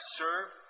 serve